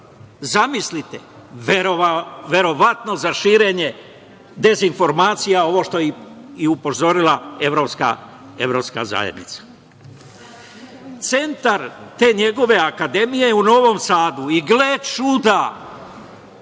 zamislite, verovatno za širenje dezinformacija, kao što je upozorila evropska zajednica. Centar te njegove Akademije je u Novom Sadu i gle čuda